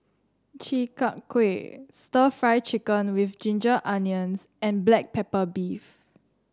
Chi Kak Kuih stir Fry Chicken with Ginger Onions and Black Pepper Beef